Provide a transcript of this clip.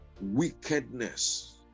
wickedness